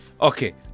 Okay